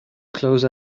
close